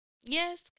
Yes